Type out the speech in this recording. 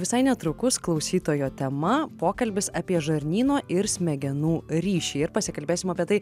visai netrukus klausytojo tema pokalbis apie žarnyno ir smegenų ryšį ir pasikalbėsim apie tai